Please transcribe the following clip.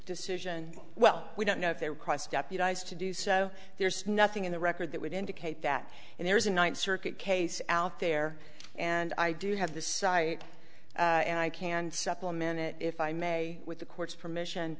decision well we don't know if they're cross deputized to do so there's nothing in the record that would indicate that and there's a ninth circuit case out there and i do have this site and i can supplement it if i may with the court's permission